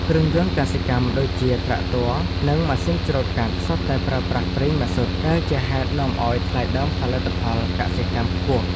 គ្រឿងយន្តកសិកម្មដូចជាត្រាក់ទ័រនិងម៉ាស៊ីនច្រូតកាត់សុទ្ធតែប្រើប្រាស់ប្រេងម៉ាស៊ូតដែលជាហេតុនាំឱ្យថ្លៃដើមផលិតផលកសិកម្មខ្ពស់។